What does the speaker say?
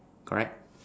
correct